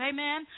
Amen